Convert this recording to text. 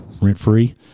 rent-free